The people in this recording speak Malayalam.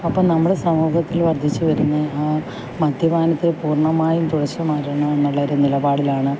അപ്പോൾ നമ്മുടെ സമൂഹത്തിൽ വർദ്ധിച്ചു വരുന്ന ആ മദ്യപാനത്തെ പൂർണമായും തുടച്ചുമാറ്റണം എന്നുള്ളൊരു നിലപാടിലാണ്